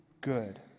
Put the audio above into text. good